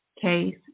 Case